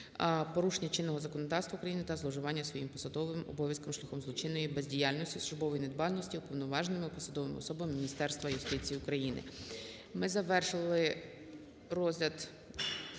порушення чинного законодавства України та зловживання своїми посадовими обов'язками шляхом злочинної бездіяльності (службової недбалості) уповноваженими посадовими особами Міністерства юстиції України.